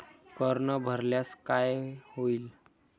कर न भरल्यास काय होईल?